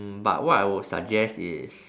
mm but what I would suggest is